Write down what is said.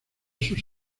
sus